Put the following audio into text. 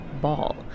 ball